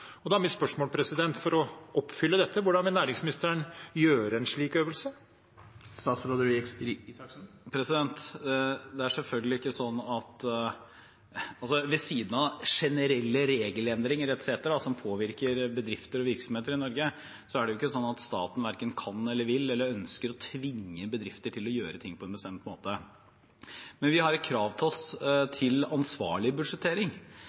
Da er mitt spørsmål: For å oppfylle dette, hvordan vil næringsministeren gjøre en slik øvelse? Ved siden av generelle regelendringer etc. som påvirker bedrifter og virksomheter i Norge, er det selvfølgelig ikke sånn at staten verken kan eller vil eller ønsker å tvinge bedrifter til å gjøre ting på en bestemt måte. Men vi har et krav på oss til ansvarlig budsjettering,